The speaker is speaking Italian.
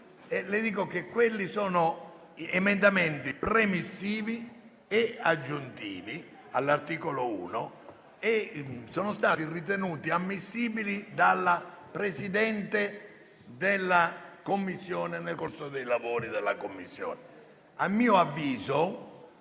le dico che sono emendamenti premissivi e aggiuntivi all'articolo 1 e sono stati ritenuti ammissibili dalla Presidente della Commissione nel corso dei lavori della Commissione.